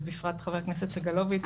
ובפרט של חבר הכנסת סגלוביץ',